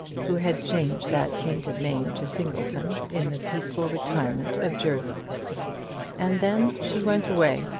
who had changed that tainted name to singleton, in the peaceful retirement of jersey and then she went away,